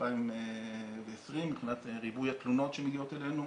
2020 מבחינת ריבוי התלונות שמגיעות אלינו,